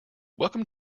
welcome